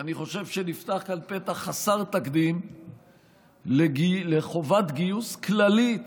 אני חושב שנפתח כאן פתח חסר תקדים לחובת גיוס כללית